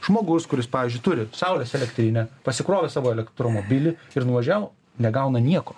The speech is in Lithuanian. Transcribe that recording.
žmogus kuris pavyzdžiui turi saulės elektrinę pasikrovė savo elektromobilį ir nuvažiavo negauna nieko